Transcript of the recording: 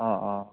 অঁ অঁ